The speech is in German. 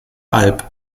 alb